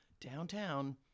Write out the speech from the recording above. downtown